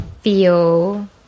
feel